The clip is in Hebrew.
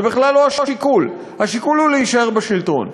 זה בכלל לא השיקול, השיקול הוא להישאר בשלטון.